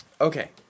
Okay